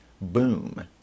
boom